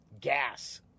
gas